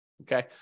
Okay